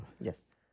Yes